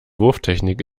wurftechnik